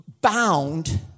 bound